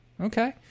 okay